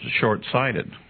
short-sighted